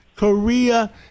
Korea